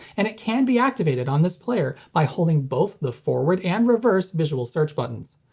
and it can be activated on this player by holding both the forward and reverse visual search buttons.